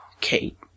kate